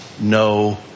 no